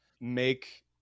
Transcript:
make